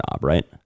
right